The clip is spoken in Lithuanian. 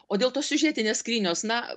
o dėl tos siužetinės skrynios na